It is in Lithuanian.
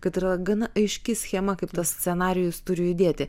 kad yra gana aiški schema kaip tas scenarijus turi judėti